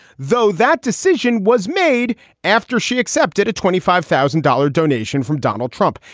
though that decision was made after she accepted a twenty five thousand dollars donation from donald trump.